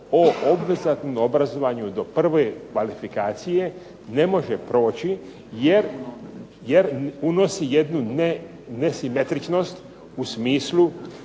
o obvezatnom obrazovanju do prve kvalifikacije ne može proći jer unosi jednu nesimetričnost u smislu